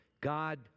God